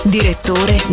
Direttore